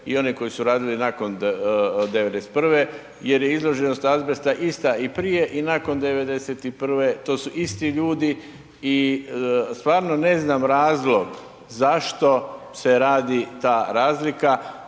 i one koji su radili nakon '91. jer je izloženost azbesta ista i prije i nakon '91., to su isti ljudi i stvarno ne znam razlog zašto se radi ta razlika.